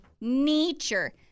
Nature